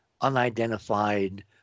unidentified